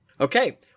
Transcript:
Okay